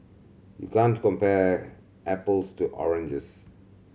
you can't compare apples to oranges